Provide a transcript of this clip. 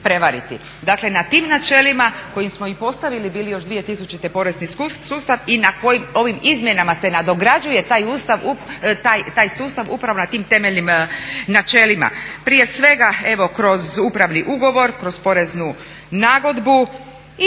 Dakle na tim načelima koji smo i postavili bili još 2000.porezni sustav i na ovim izmjenama se nadograđuje taj sustav upravo na tim temeljnim načelima, prije svega evo kroz upravni ugovor, kroz poreznu nagodbu.